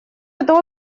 это